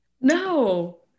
no